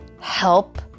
help